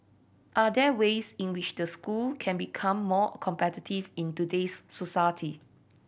are there ways in which the school can become more competitive in today's society